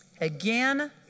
Again